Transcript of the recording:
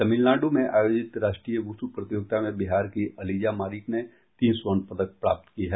तमिलनाडू में आयोजित राष्ट्रीय वुशु प्रतियोगिता में बिहार की अलिजा मारीक ने तीन स्वर्ण पदक प्राप्त की है